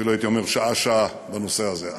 אפילו הייתי אומר שעה-שעה, בנושא הזה.